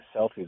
selfies